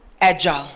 agile